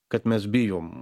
kad mes bijom